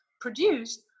produced